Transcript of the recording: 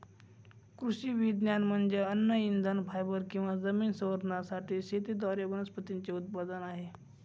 कृषी विज्ञान म्हणजे अन्न इंधन फायबर किंवा जमीन संवर्धनासाठी शेतीद्वारे वनस्पतींचे उत्पादन आहे